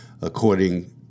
according